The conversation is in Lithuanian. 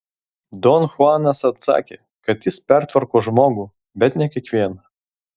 don chuanas atsakė kad jis pertvarko žmogų bet ne kiekvieną